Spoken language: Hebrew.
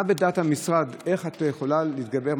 מה בדעת המשרד, איך את יכולה להתגבר?